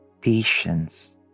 patience